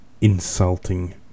insulting